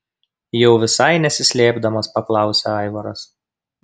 jau visai nesislėpdamas paklausia aivaras